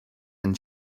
and